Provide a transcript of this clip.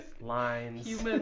lines